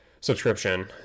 subscription